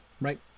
right